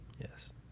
Yes